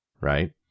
right